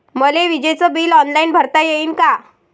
मले विजेच bill online भरता येईन का?